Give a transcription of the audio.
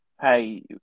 Hey